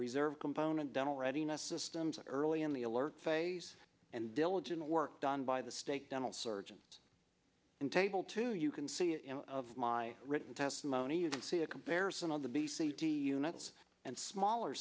reserve component dental readiness systems early in the alert phase and diligent work done by the state dental surgeon in table two you can see of my written testimony and see a comparison of the b c d units and smaller